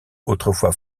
autrefois